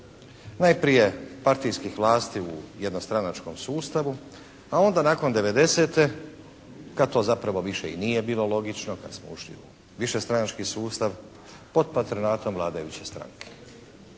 Najprije partijskih vlasti u jednostranačkom sustavu, a onda nakon '90. kad to zapravo više i nije bilo logično, kad smo ušli u višestranački sustav pod patronatom vladajuće stranke.